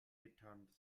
getanzt